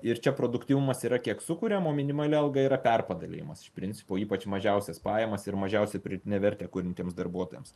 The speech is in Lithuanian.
ir čia produktyvumas yra kiek sukuriam o minimali alga yra perpadalijimas iš principo ypač mažiausias pajamas ir mažiausią pridėtinę vertę kuriantiems darbuotojams